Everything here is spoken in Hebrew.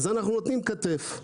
אז אנחנו נותנים כתף.